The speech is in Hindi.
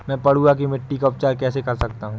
मैं पडुआ की मिट्टी का उपचार कैसे कर सकता हूँ?